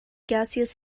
gaseous